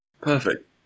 perfect